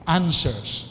answers